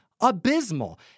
Abysmal